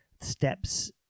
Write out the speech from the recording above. steps